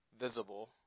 visible